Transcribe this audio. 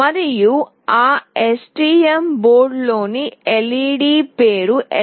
మరియు ఆ STM బోర్డులోని LED పేరు LED3